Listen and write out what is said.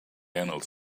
handle